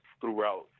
throughout